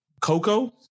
Coco